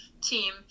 team